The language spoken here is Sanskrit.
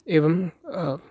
एवम्